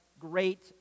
great